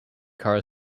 carl